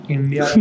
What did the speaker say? India